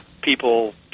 people